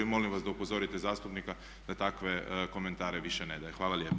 I molim vas da upozorite zastupnika da takve komentare više ne daje.